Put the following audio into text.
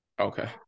Okay